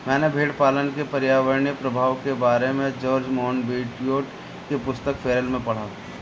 मैंने भेड़पालन के पर्यावरणीय प्रभाव के बारे में जॉर्ज मोनबियोट की पुस्तक फेरल में पढ़ा